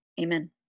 Amen